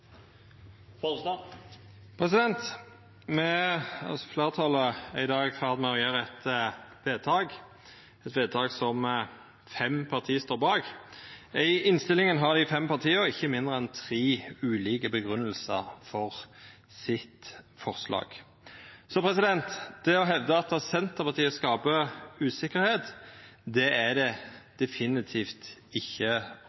ferd med å gjera eit vedtak som fem parti står bak. I innstillinga har dei fem partia ikkje mindre enn tre ulike grunngjevingar for forslaget sitt. Så det å hevda at Senterpartiet skaper usikkerheit, er det definitivt ikkje rom for å gjera. Så er